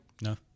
No